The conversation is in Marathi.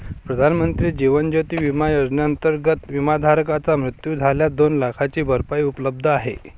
प्रधानमंत्री जीवन ज्योती विमा योजनेअंतर्गत, विमाधारकाचा मृत्यू झाल्यास दोन लाखांची भरपाई उपलब्ध आहे